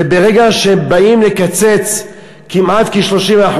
וברגע שבאים לקצץ כמעט 30%,